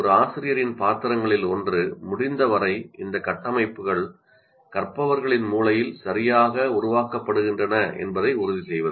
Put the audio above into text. ஒரு ஆசிரியரின் பாத்திரங்களில் ஒன்று முடிந்தவரை இந்த கட்டமைப்புகள் கற்பவர்களின் மூளையில் சரியாக உருவாக்கப்படுகின்றன என்பதை உறுதிசெய்வது